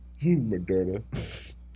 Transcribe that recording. Moderna